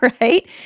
right